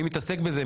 מי מתעסק בזה?